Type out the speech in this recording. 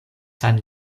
san